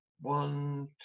one